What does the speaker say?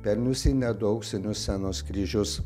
pelniusi net du auksinius scenos kryžius